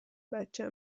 بچه